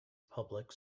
public